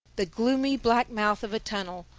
the gloomy black mouth of a tunnel,